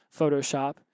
Photoshop